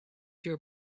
your